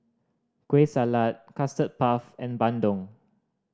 Kueh Salat Custard Puff and bandung